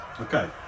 Okay